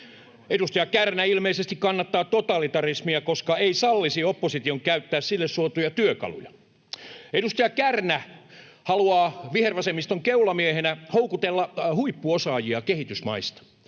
Edustaja Kärnä ilmeisesti kannattaa totalitarismia, koska ei sallisi opposition käyttää sille suotuja työkaluja. Edustaja Kärnä haluaa vihervasemmiston keulamiehenä houkutella huippuosaajia kehitysmaista.